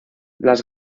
las